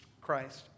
Christ